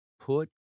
put